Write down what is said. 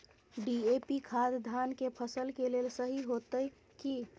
DAP खाद धान के फसल के लेल सही होतय की?